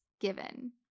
given